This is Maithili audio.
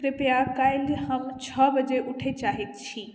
कृपया काल्हि हम छओ बजे उठय चाहैत छी